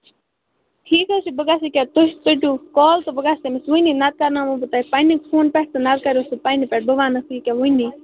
ٹھیک حظ چھُ بہٕ گژٕھ یہِ کیاہ تُہۍ ژٔٹِو کال تہٕ بہٕ گژھہٕ تٔمِس وُنی نتہٕ کرناوَن بہٕ تۄہہِ پننہِ فونہٕ پٮ۪ٹھ تہٕ نَتہٕ کریٚو سُہ پنِنہِ پٮ۪ٹھ بہٕ ونس یہِ کیاہ وُنی